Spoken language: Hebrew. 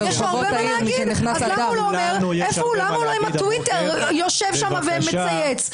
יושב עם הטוויטר ומצייץ.